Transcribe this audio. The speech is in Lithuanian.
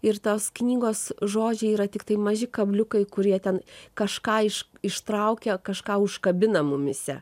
ir tos knygos žodžiai yra tiktai maži kabliukai kurie ten kažką iš ištraukia kažką iškabina mumyse